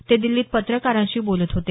ते दिल्लीत पत्रकारांशी बोलत होते